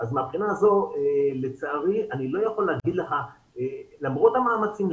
מהבחינה הזו לצערי למרות המאמצים,